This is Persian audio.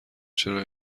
چرا